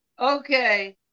Okay